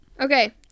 Okay